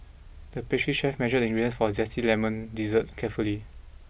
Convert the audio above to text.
the pastry chef measured the ingredients for a zesty lemon dessert carefully